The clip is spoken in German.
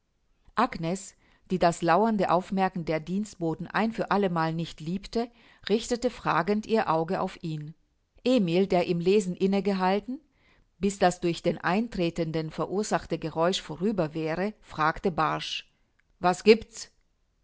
agnes die das lauernde aufmerken der dienstboten ein für allemal nicht liebte richtete fragend ihr auge auf ihn emil der im lesen inne gehalten bis das durch den eintretenden verursachte geräusch vorüber wäre fragte barsch was giebt's